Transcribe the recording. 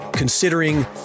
considering